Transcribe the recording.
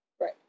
Right